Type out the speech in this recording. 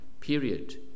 period